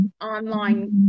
online